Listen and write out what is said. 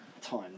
time